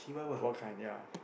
what kind ya